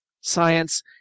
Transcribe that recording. science